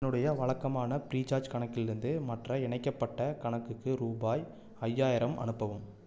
என்னுடைய வழக்கமான ஃப்ரீசார்ஜ் கணக்கிலிருந்து மற்ற இணைக்கப்பட்ட கணக்குக்கு ரூபாய் ஐயாயிரம் அனுப்பவும்